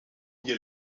hier